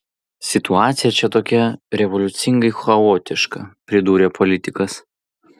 situacija čia tokia revoliucingai chaotiška pridūrė politikas